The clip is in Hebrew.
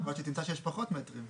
או שהיא תמצא שיש פחות מטרים.